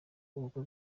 ubukwe